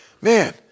man